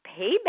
payback